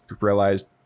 realized